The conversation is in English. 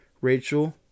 Rachel